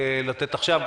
לתת עכשיו?